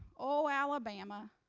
oh alabama,